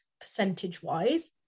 percentage-wise